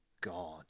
God